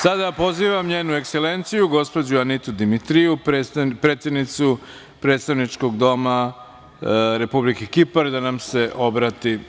Sada pozivam Njenu Ekselenciju gospođu Anitu Dimitriju, predsednicu Predstavničkog doma Republike Kipar, da nam se obrati.